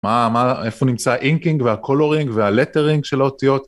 מה-מה-איפה נמצא האינקינג והקולורינג והלטרינג של האותיות?